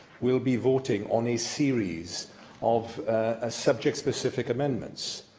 will be voting on a series of ah subject-specific amendments?